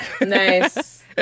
Nice